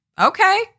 okay